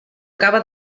acaba